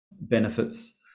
benefits